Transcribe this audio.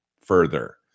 further